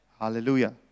Hallelujah